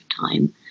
time